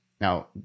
Now